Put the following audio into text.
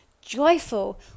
joyful